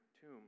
tomb